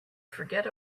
forget